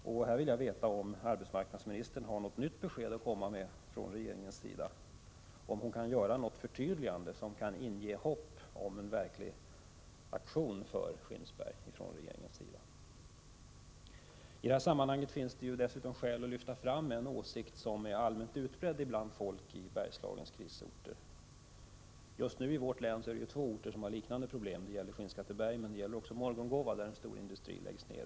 Jag vill nu veta om arbetsmarknadsministern har något nytt besked att komma med från regeringens sida. Kan arbetsmarknadsministern göra något förtydligande, som kan inge hopp om en verklig aktion för Skinnskatteberg från regeringens sida? I detta sammanhang finns dessutom skäl att lyfta fram en åsikt som är allmänt utbredd bland folk i Bergslagens krisorter. Just nu är det två orter i vårt län som har likartade problem. Förutom Skinnskatteberg är det Morgongåva, där en stor industri läggs ned.